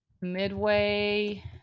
midway